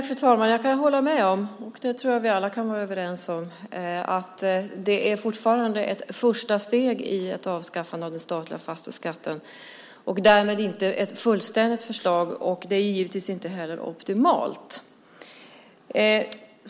Fru talman! Jag kan hålla med om - och det tror jag att vi alla kan vara överens om - att det fortfarande är ett första steg i ett avskaffande av den statliga fastighetsskatten, och därmed är det inte ett fullständigt förslag. Det är givetvis inte heller optimalt.